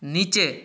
নিচে